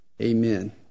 Amen